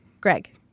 Greg